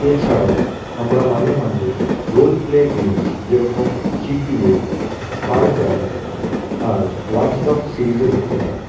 এছাড়াও আমরা মাঝে মাঝে রোল প্লে গেম যেরকম জিটিএ ফার ক্রাই আর ওয়াচ ডগ সিরিসও দেখতে পারি